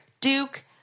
duke